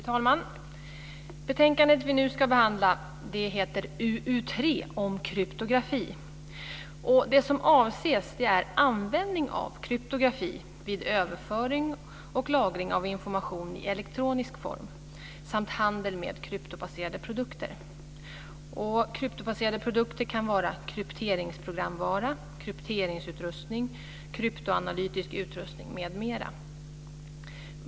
Fru talman! Betänkandet vi nu ska behandla heter Om kryptografi. Det som avses är användning av kryptografi vid överföring och lagring av information i elektronisk form samt handel med kryptobaserade produkter. Kryptobaserade produkter kan vara krypteringsprogramvara, krypteringsutrustning, kryptoanalytisk utrustning m.m.